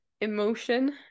emotion